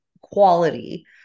quality